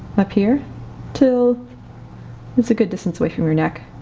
up here till it's a good distance away from your neck,